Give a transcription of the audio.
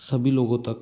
सभी लोगों तक